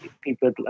people